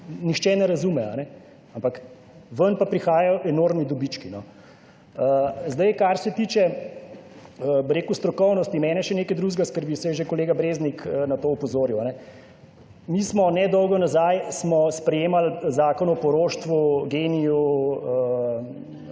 nihče ne razume. Ampak ven pa prihajajo enormni dobički. Zdaj, kar se tiče, bi rekel, strokovnosti, mene še nekaj drugega skrbi, saj je že kolega Breznik na to opozoril. Mi smo nedolgo nazaj sprejemali zakon o poroštvu, GENI-ju,